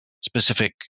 specific